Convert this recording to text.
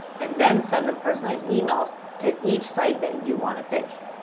and then send them personalized emails to each site that you want to pitch.